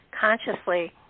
consciously